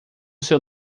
seu